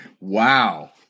Wow